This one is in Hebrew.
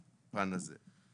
בפן הזה אלו הדברים האלה.